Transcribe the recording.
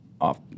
off